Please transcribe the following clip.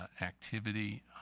activity